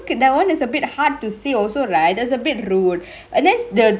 that one is a bit hard to say also right it's abit rude and then the